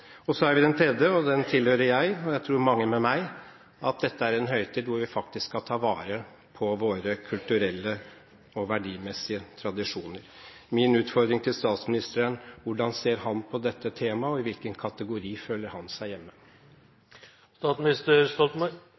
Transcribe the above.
Så har vi den tredje, og den tilhører jeg, og jeg tror mange med meg, som mener at dette er en høytid hvor vi faktisk skal ta vare på våre kulturelle og verdimessige tradisjoner. Min utfordring til statsministeren er: Hvordan ser han på dette temaet, og i hvilken kategori føler han seg